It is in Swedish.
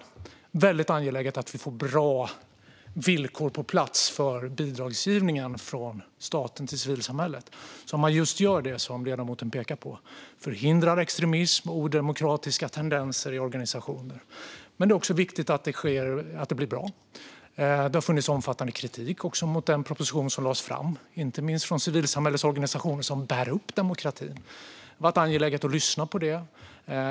Det är väldigt angeläget att vi får bra villkor på plats för bidragsgivningen från staten till civilsamhället så att man gör just det ledamoten pekar på: förhindrar extremism och odemokratiska tendenser i organisationer. Men det är viktigt att det blir bra, och det har funnits omfattande kritik mot den proposition som lades fram, inte minst från civilsamhällesorganisationer, som bär upp demokratin. Det har varit angeläget att lyssna på den.